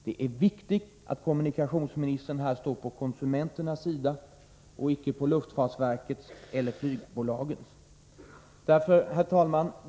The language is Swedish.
Det är viktigt att kommunikationsministern här står på konsumenternas sida och icke på luftfartsverkets eller flygbolagens sida. Herr talman!